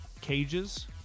cages